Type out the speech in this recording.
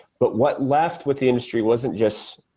but what left with the industry wasn't just